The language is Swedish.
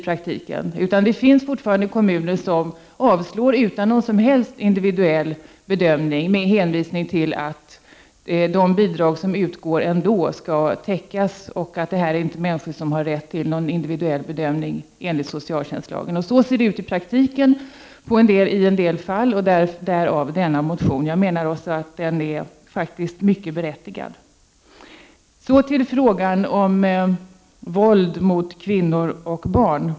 Det finns fortfarande kommuner som avslår utan någon som helst individuell bedömning, med hänvisning till att de bidrag som utgår ändå skall täcka behoven och att det handlar om människor som inte har rätt till någon individuell bedömning enligt socialtjänstlagen. Så ser det ut i praktiken i en del fall, och därav denna motion. Jag menar att den är mycket berättigad. Så till frågan om våld mot kvinnor och barn.